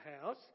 house